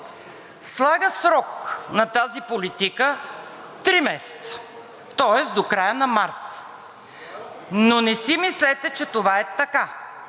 слага срок на тази политика – три месеца. Тоест до края на март, но не си мислете, че това е така.